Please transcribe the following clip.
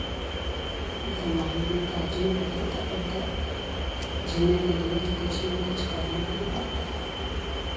वो तो महंगे का युग है तो लोग के जीने के लिए तो कुछ ना कुछ करना ही ना पड़ता है